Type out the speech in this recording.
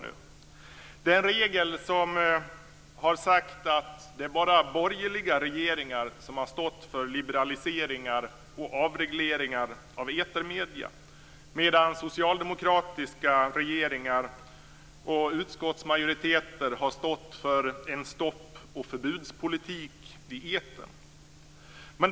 Det är en regel som har sagt att det bara är borgerliga regeringar som har stått för liberaliseringar och avregleringar av etermedierna medan socialdemokratiska regeringar och utskottsmajoriteter har stått för en stopp-ochförbudspolitik i etern.